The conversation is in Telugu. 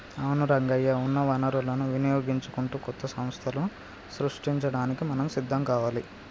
అవును రంగయ్య ఉన్న వనరులను వినియోగించుకుంటూ కొత్త సంస్థలను సృష్టించడానికి మనం సిద్ధం కావాలి